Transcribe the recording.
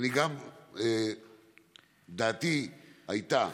דעתי הייתה